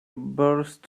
burst